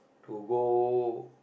to go